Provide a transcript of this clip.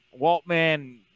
Waltman